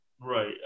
Right